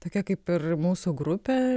tokia kaip ir mūsų grupė